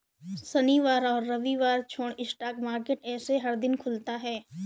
शनिवार और रविवार छोड़ स्टॉक मार्केट ऐसे हर दिन खुलता है